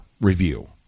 review